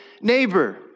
neighbor